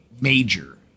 major